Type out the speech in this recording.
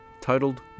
titled